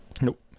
Nope